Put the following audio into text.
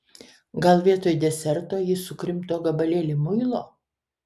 gal vietoj deserto jis sukrimto gabalėlį muilo